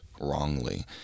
wrongly